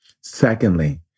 Secondly